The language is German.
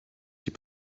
die